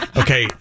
okay